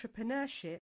entrepreneurship